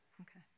Okay